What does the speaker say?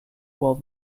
while